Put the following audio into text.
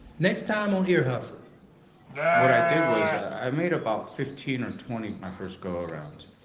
next time on ear hustle what i did was, i made about fifteen or twenty my first go around,